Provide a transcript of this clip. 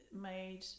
made